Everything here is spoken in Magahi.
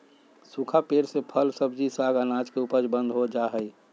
सूखा पेड़ से फल, सब्जी, साग, अनाज के उपज बंद हो जा हई